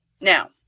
Now